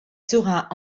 sera